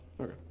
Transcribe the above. Okay